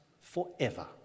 forever